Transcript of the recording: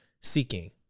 seeking